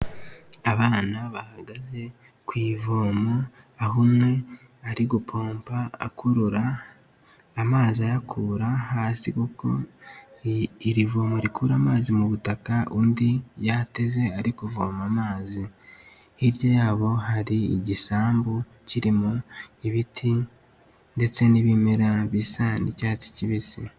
Abana bahagaze ku ivomo aho umwe ari gupompa akurura, amazi ayakura hasi kuko iri vomo rikura amazi mu butaka, undi yateze ari kuvoma amazi. Hirya yabo hari igisambu kirimo ibiti ndetse n'ibimera bisa n'icyatsi kibisi.